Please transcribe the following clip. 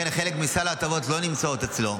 לכן חלק מסל ההטבות לא נמצא אצלו.